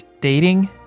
dating